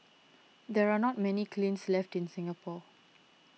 there are not many kilns left in Singapore